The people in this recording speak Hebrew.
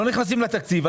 אנחנו לא נכנסים לתקציב,